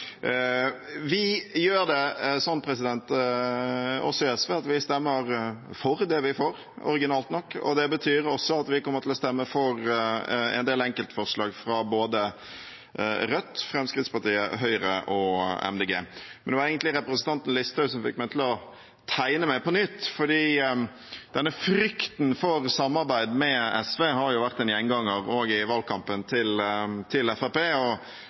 det betyr også at vi kommer til å stemme for en del enkeltforslag fra både Rødt, Fremskrittspartiet, Høyre og Miljøpartiet De Grønne. Men det var egentlig representanten Listhaug som fikk meg til å tegne meg på nytt, for denne frykten for samarbeid med SV har jo vært en gjenganger, også i valgkampen til Fremskrittspartiet, og